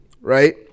right